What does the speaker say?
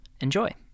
Enjoy